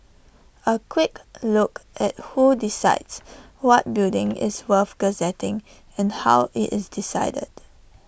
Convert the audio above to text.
A quick look at who decides what building is worth gazetting and how IT is decided